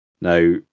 now